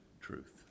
truth